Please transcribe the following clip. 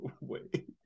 Wait